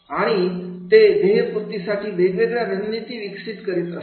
आणि ते ध्येयपूर्तीसाठी वेगवेगळ्या रणनीती विकसित करीत असतात